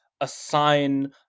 assign